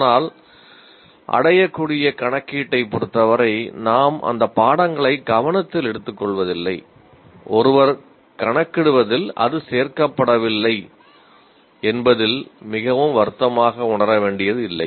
ஆனால் அடையக்கூடிய கணக்கீட்டைப் பொருத்தவரை நாம் அந்த பாடங்களை கவனத்தில் எடுத்துக்கொள்வதில்லை ஒருவர் கணக்கிடுவதில் அது சேர்க்கப்படவில்லை என்பதில் மிகவும் வருத்தமாக உணர வேண்டியதில்லை